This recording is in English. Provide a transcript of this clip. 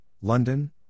London